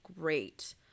great